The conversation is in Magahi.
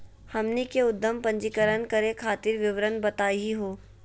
हमनी के उद्यम पंजीकरण करे खातीर विवरण बताही हो?